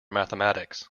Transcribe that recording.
mathematics